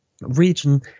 region